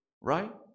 right